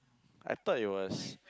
I thought it was